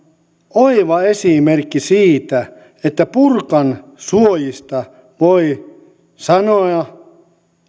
oiva esimerkki siitä että burkan suojista voi sanoa